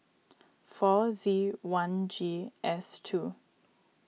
four Z one G S two